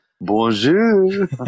Bonjour